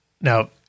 Now